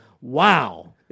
wow